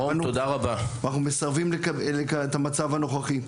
אנחנו מסרבים לקבל את המצב הנוכחי.